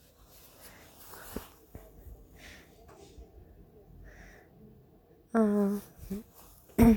(uh huh)